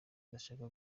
adashaka